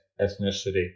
ethnicity